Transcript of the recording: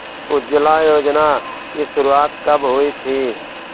उज्ज्वला योजना की शुरुआत कब हुई थी?